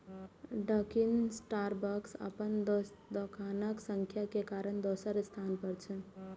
Dunkin Starbucks अपन दोकानक संख्या के कारण दोसर स्थान पर छै